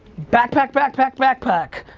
backpack, backpack, backpack.